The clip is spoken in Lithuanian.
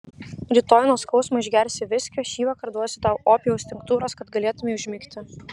rytoj nuo skausmo išgersi viskio šįvakar duosiu tau opijaus tinktūros kad galėtumei užmigti